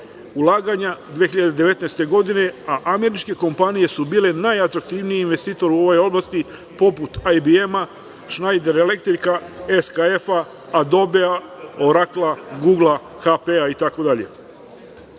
ulaganja 2019. godine, a američke kompanije su bile najatraktivniji investitor u ovoj oblasti, poput IBM, „Šnajder elektrika“, SKF-, „Adobea“, „Orakla“, „Gugla“, HP